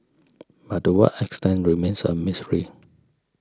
but to what extent remains a mystery